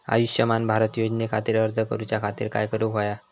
आयुष्यमान भारत योजने खातिर अर्ज करूच्या खातिर काय करुक होया?